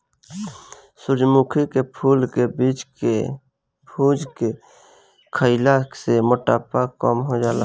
सूरजमुखी के फूल के बीज के भुज के खईला से मोटापा कम हो जाला